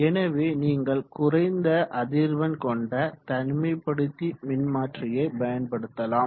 எனவே நீங்கள் குறைந்த அதிர்வெண் கொண்ட தனிமைப்படுத்தி மின்மாற்றியை பயன்படுத்தலாம்